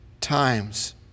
times